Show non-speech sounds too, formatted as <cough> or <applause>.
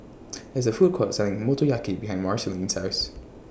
<noise> There IS A Food Court Selling Motoyaki behind Marceline's House